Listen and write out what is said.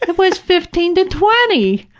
and was fifteen to twenty.